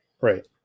Right